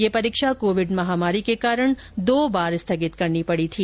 ये परीक्षा कोविड महामारी के कारण दो बार स्थगित करनी पड़ी थी